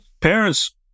parents